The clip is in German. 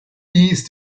dies